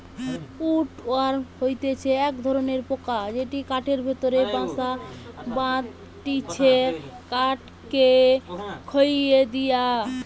would worm হতিছে এক ধরণের পোকা যেটি কাঠের ভেতরে বাসা বাঁধটিছে কাঠকে খইয়ে দিয়া